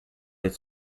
its